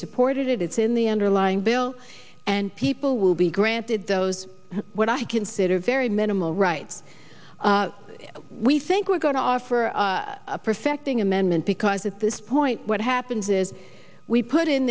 supported it it's in the underlying bill and people will be granted those what i consider a very minimal right we think we're going to offer a perfecting amendment because at this point what happens is we put in